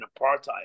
apartheid